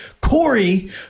Corey